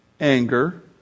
anger